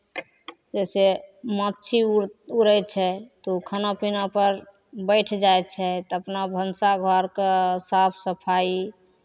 जइसे माछी उड़ उड़ै छै तऽ ओ खाना पीनापर बैठ जाइ छै तऽ अपना भनसा घरके साफ सफाइ